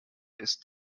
ist